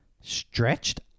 stretched